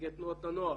נציגי תנועות הנוער,